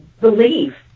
believe